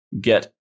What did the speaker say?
get